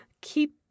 keep